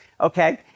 okay